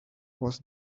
was